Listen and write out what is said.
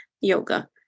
yoga